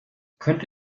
könnte